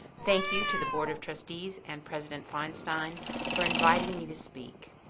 thank you to the board of trustees and president feinstein for inviting me to speak.